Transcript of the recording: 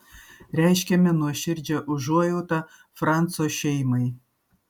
reiškiame nuoširdžią užuojautą franco šeimai